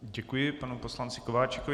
Děkuji panu poslanci Kováčikovi.